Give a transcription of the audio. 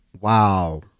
wow